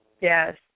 Yes